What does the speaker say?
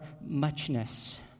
muchness